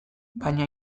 baina